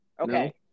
Okay